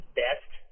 best